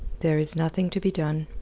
there is nothing to be done.